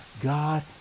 God